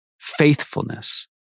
faithfulness